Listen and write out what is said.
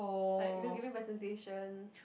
like you know giving presentations